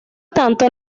tanto